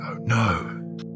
no